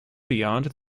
beyond